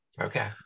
okay